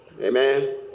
Amen